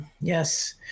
Yes